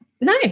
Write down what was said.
no